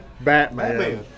Batman